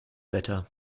wetter